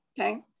okay